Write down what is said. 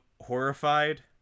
horrified